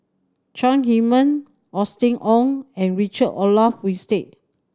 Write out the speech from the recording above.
Chong Heman Austen Ong and Richard Olaf Winstedt